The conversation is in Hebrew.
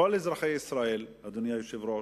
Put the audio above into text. כל אזרחי ישראל, אדוני היושב-ראש,